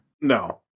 No